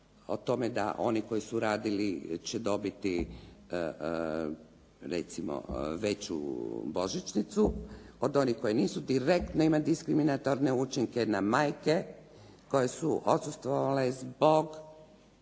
o tome da oni koji su radili će dobiti recimo veću božićnicu od onih koji nisu direktne a imaju diskriminatorne učinke na majke, koje su odsustvovale zbog